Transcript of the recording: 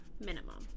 Minimum